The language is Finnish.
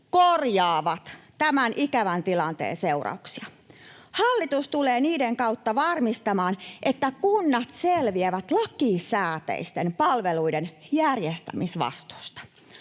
korjaavat tämän ikävän tilanteen seurauksia. Hallitus tulee niiden kautta varmistamaan, että kunnat selviävät lakisääteisten palveluiden järjestämisvastuusta.